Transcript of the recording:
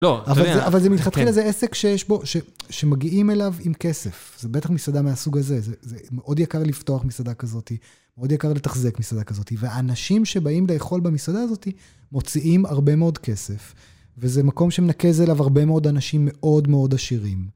לא... אבל זה מלכתחילה זה עסק שיש בו, שמגיעים אליו עם כסף. זה בטח מסעדה מהסוג הזה, זה מאוד יקר לפתוח מסעדה כזאתי, מאוד יקר לתחזק מסעדה כזאתי, ואנשים שבאים לאכול במסעדה הזאתי מוציאים הרבה מאוד כסף, וזה מקום שמנקז אליו הרבה מאוד אנשים מאוד מאוד עשירים.